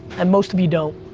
and most of you don't.